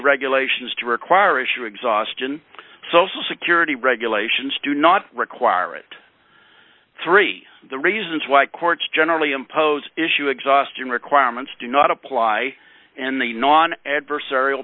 regulations to require issue exhaustion social security regulations do not require it three the reasons why courts generally impose issue exhausting requirements do not apply in the non adversarial